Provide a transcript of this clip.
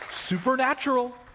Supernatural